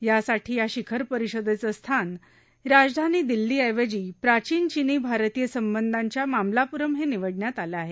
यासाठी या शिखर परिषदेचे स्थान राजधानी दिल्ली ऐवजी प्राचीन चिनी भारतीय संबंधाच्या मामल्लापुरम हे निवडण्यात आले आहे